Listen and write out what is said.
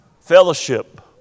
fellowship